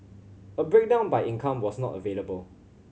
a breakdown by income was not available